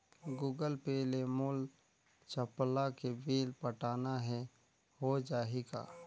Google Pay ले मोल चपला के बिल पटाना हे, हो जाही का?